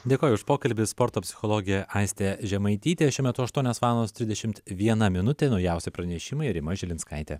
dėkoju už pokalbį sporto psichologė aistė žemaitytė šiuo metu aštuonios valandos trisdešimt viena minutė naujausi pranešimai rima žilinskaitė